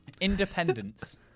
Independence